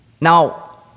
Now